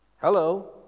Hello